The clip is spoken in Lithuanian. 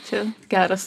čia geras